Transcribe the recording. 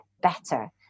better